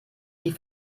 die